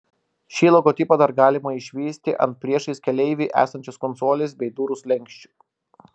šį logotipą dar galima išvysti ant priešais keleivį esančios konsolės bei durų slenksčių